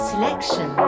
Selection